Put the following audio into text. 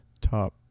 top